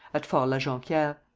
at fort la jonquiere.